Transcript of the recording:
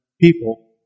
people